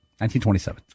1927